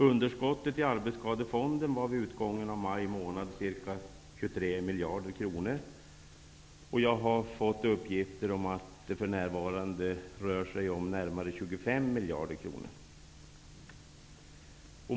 Underskottet i Arbetsskadefonden var vid utgången av maj månad ca 23 miljarder kronor, och jag har fått uppgifter om att det för närvarande rör sig om närmare 25 miljarder kronor.